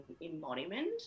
embodiment